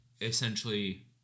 essentially